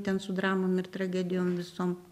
ten su dramom ir tragedijom visom